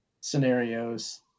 scenarios